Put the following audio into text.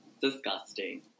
disgusting